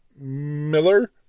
Miller